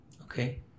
Okay